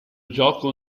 gioco